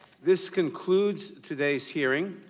this concludes today's hearing.